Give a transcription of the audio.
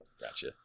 Gotcha